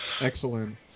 Excellent